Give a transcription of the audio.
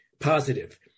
positive